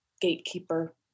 gatekeeper